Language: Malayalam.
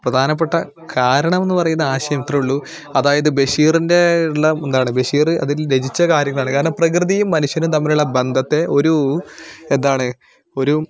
പ്രധാനപ്പെട്ട കാരണമെന്നു പറയുന്ന ആശയം ഇത്രയെ ഉള്ളു അതായത് ബഷീറിൻ്റെ ഉള്ള എന്താണ് ബഷീറ് അതിൽ രചിച്ച കാര്യങ്ങളാണ് കാരണം പ്രകൃതിയും മനുഷ്യനും തമ്മിലുള്ള ബന്ധത്തെ ഒരൂ എന്താണ് ഒരു